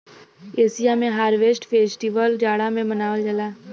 Asia में harvest festival जाड़ा में मनावल जाला